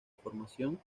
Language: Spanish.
formación